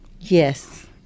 Yes